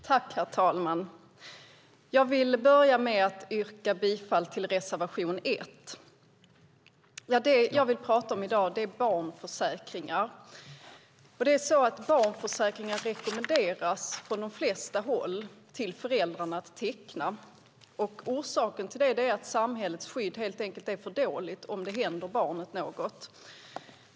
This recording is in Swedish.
Herr talman! Jag vill börja med att yrka bifall till reservation 1. Det jag vill tala om i dag är barnförsäkringar. Föräldrar rekommenderas från de flesta håll att teckna barnförsäkringar. Orsaken till detta är att samhällets skydd helt enkelt är för dåligt om det händer barnet något.